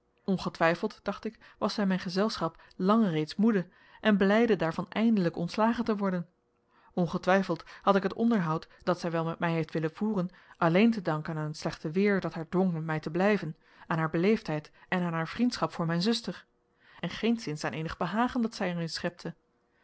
ongetwijfeld dacht ik was zij mijn gezelschap lang reeds moede en blijde daarvan eindelijk ontslagen te worden ongetwijfeld had ik het onderhoud dat zij wel met mij heeft willen voeren alleen te danken aan het slechte weer dat haar dwong met mij te blijven aan haar beleefdheid en aan haar vriendschap voor mijn zuster en geenszins aan eenig behagen dat zij er in schepte